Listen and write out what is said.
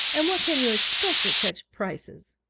and what can you expect at such prices?